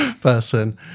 person